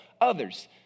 others